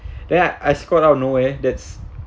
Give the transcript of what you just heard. then I I scored out of nowhere that's